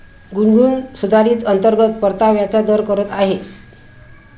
गुनगुन सुधारित अंतर्गत परताव्याचा दर करत आहे